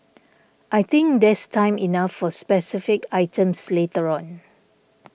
I think there's time enough for specific items later on